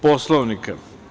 Poslovnika?